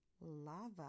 lava